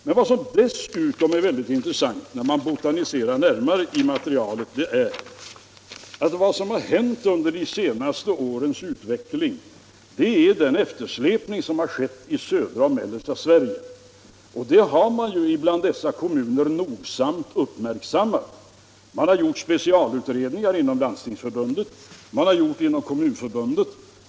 Men vad som dessutom är synnerligen intressant när man botaniserar närmare i detta material är att man finner att vad som hänt under de senaste årens utveckling är att en eftersläpning har ägt rum i södra och mellersta Sverige. Detta har nogsamt uppmärksammats bland dessa kommuner; det har gjorts specialutredningar inom Landstingsförbundet, och detsamma har även gjorts inom Kommunförbundet.